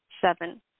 Seven